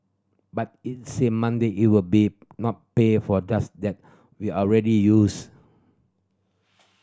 but it said Monday it would be not pay for dose that were already used